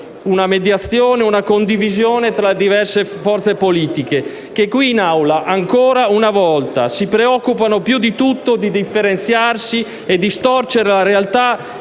una mediazione e una condivisione tra le diverse forze politiche, che qui in Aula, ancora una volta, si preoccupano più di tutto di differenziarsi e distorcere la realtà